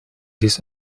this